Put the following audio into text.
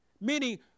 meaning